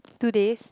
two days